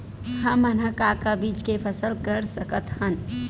हमन ह का का बीज के फसल कर सकत हन?